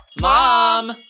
Mom